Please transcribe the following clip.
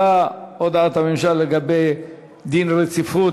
הודעת הממשלה על רצונה להחיל דין רציפות